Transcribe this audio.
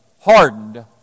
hardened